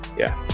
yeah